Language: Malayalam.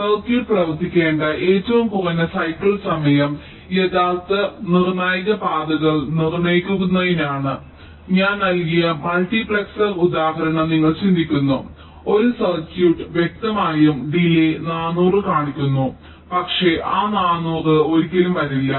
സർക്യൂട്ട് പ്രവർത്തിക്കേണ്ട ഏറ്റവും കുറഞ്ഞ സൈക്കിൾ സമയം യഥാർത്ഥ നിർണായക പാതകൾ നിർണ്ണയിക്കുന്നതിനാൽ ഞാൻ നൽകിയ മൾട്ടിപ്ലക്സർ ഉദാഹരണം നിങ്ങൾ ചിന്തിക്കുന്നു ഒരു സർക്യൂട്ട് വ്യക്തമായും ഡിലേയ് 400 കാണിക്കുന്നു പക്ഷേ ആ 400 ഒരിക്കലും വരില്ല